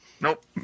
Nope